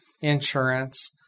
insurance